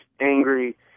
angry